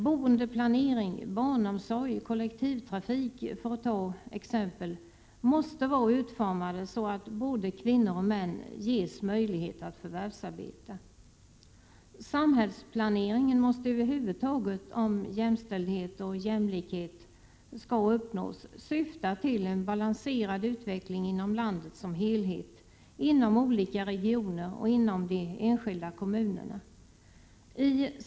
Boendeplanering, barnomsorg och kollektivtrafik, för att ta några exempel, måste vara utformade så att både kvinnor och män ges möjlighet att förvärvsarbeta. Samhällsplaneringen måste över huvud taget, om jämställdhet och jämlikhet skall uppnås, syfta till en balanserad utveckling inom landet som helhet, inom olika regioner och inom de enskilda kommunerna.